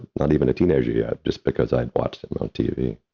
not even a teenager yet, just because i'd watched him on tv.